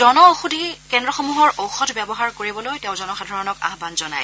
জন ঔষধি কেন্দ্ৰসমূহৰ ঔষধ ব্যৱহাৰ কৰিবলৈ তেওঁ জনসাধাৰণক আহুান জনায়